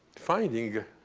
finding